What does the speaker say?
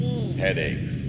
Headaches